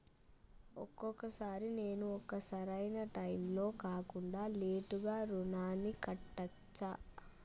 ఒక్కొక సారి నేను ఒక సరైనా టైంలో కాకుండా లేటుగా రుణాన్ని కట్టచ్చా?